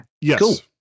Yes